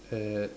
at